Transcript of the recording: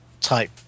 type